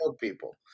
people